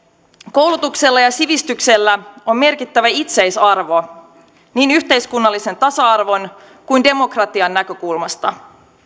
koulutuksella ja sivistyksellä on merkittävä itseisarvo niin yhteiskunnallisen tasa arvon kuin demokratian näkökulmasta